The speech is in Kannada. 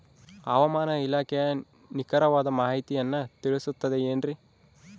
ಹವಮಾನ ಇಲಾಖೆಯ ನಿಖರವಾದ ಮಾಹಿತಿಯನ್ನ ತಿಳಿಸುತ್ತದೆ ಎನ್ರಿ?